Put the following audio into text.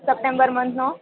September મંથનો